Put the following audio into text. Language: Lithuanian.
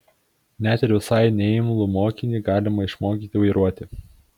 net ir visai neimlų mokinį galima išmokyti vairuoti